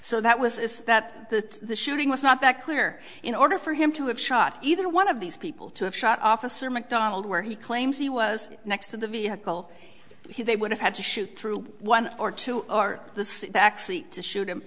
so that was is that the shooting was not that clear in order for him to have shot either one of these people to have shot officer mcdonald where he claims he was next to the vehicle they would have had to shoot through one or two or the backseat to shoot him